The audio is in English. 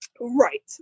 Right